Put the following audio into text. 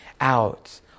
out